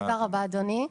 תודה רבה, אדוני.